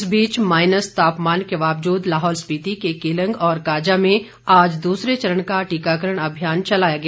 इस बीच माईनस तापमान के बावजूद लाहौल स्पिति के केलंग और काजा में आज दूसरे चरण का टीकाकरण अभियान चलाया गया